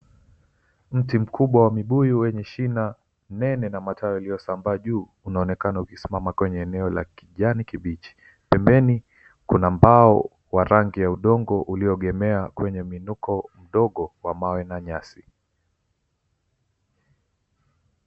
Mti mkubwa wa mibuyu wenye shina nene na matawi yaliyosambaa juu, unaonekana ukisimama kwenye eneo la kijani kibichi. Pembeni kuna mbao wa rangi ya udongo ulioegemea kwenye miinuko mdogo wa mawe na nyasi.